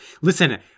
listen